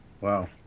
Wow